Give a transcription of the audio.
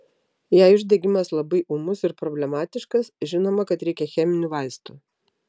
jei uždegimas labai ūmus ir problematiškas žinoma kad reikia cheminių vaistų